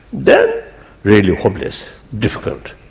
then really hopeless, difficult.